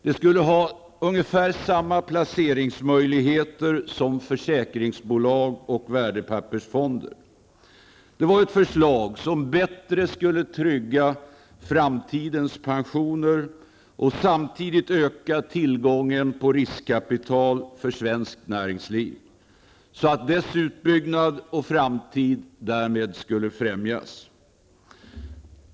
De skulle ha ungefär samma placeringsmöjligheter som försäkringsbolag och värdepappersfonder. Detta var ett förslag som bättre skulle trygga framtidens pensioner och samtidigt öka tillgången på riskkapital för svenskt näringsliv, så att dess utbyggnad och framtid därmed skulle främjas.